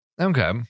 Okay